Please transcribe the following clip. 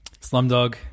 slumdog